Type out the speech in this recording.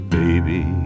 baby